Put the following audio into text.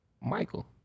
michael